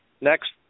Next